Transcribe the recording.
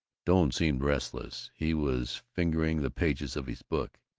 doane seemed restless. he was fingering the pages of his book.